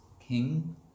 King